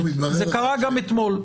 זה קרה גם אתמול.